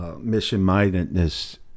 mission-mindedness